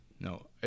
No